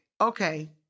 okay